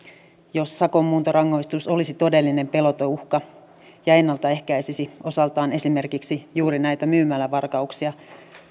jos sakon muuntorangaistus olisi todellinen peloteuhka ja ennaltaehkäisisi osaltaan esimerkiksi juuri näitä myymälävarkauksia